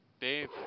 Dave